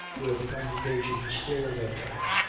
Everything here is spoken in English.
where the congregation stared at her,